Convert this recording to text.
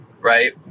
right